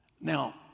Now